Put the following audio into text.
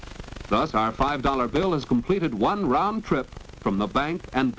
value that's our five dollar bill has completed one round trip from the bank and